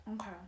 Okay